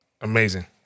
amazing